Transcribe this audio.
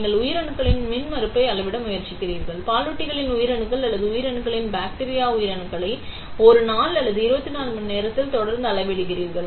நீங்கள் உயிரணுக்களின் மின்மறுப்பை அளவிட முயற்சிக்கிறீர்கள் பாலூட்டிகளின் உயிரணுக்கள் அல்லது உயிரணுக்கள் பாக்டீரியா உயிரணுக்களை 1 நாள் அல்லது 24 மணிநேரத்தில் தொடர்ந்து அளவிடுகிறீர்கள்